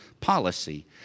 policy